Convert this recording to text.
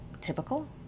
typical